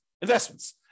investments